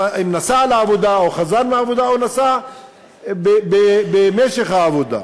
אם נסע לעבודה או חזר מהעבודה או נסע במשך העבודה,